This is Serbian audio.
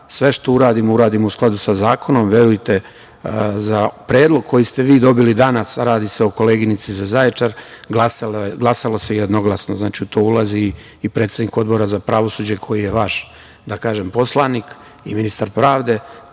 sve što uradimo uradimo u skladu sa zakonom. Verujte, za predlog koji ste vi dobili danas, a radi se o koleginici za Zaječar, glasalo se jednoglasno. Znači, tu ulazi i predsednik Odbora za pravosuđe, koji je vaš poslanik, i ministar pravde.